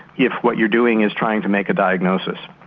if what you're doing is trying to make a diagnosis,